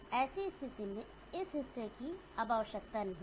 ऐसी स्थिति में इस हिस्से की अब आवश्यकता नहीं है